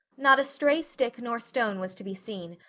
not a stray stick nor stone was to be seen,